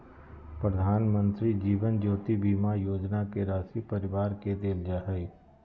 प्रधानमंत्री जीवन ज्योति बीमा योजना के राशी परिवार के देल जा हइ